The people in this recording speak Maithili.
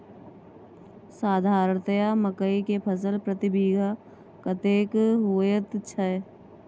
साधारणतया मकई के फसल प्रति बीघा कतेक होयत छै?